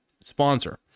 sponsor